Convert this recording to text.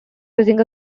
using